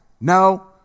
no